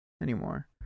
anymore